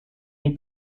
nie